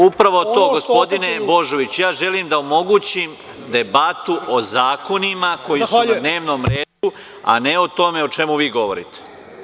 Upravo to gospodine Božoviću, ja želim da omogućim debatu o zakonima koji su na dnevnom redu, a ne o tome o čemu vi govorite.